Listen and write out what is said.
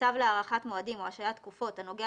צו להארכת מועדים או השהיית תקופות הנוגע